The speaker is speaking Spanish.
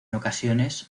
ocasiones